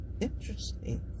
interesting